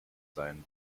sein